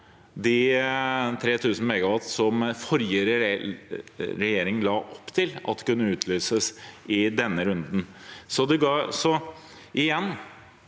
de 3 000 MW som forrige regjering la opp til at kunne utlyses i denne runden.